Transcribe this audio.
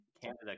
Canada